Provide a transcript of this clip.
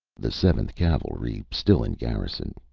the seventh cavalry still in garrison,